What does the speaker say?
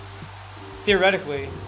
theoretically